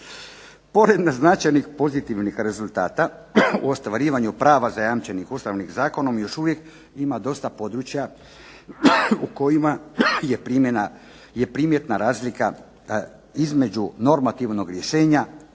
Pored naznačenih pozitivnih rezultata, o ostvarivanju prava zajamčenih Ustavnih zakonom još uvijek ima dosta područja u kojima je primjetna razlika između normativnog rješenja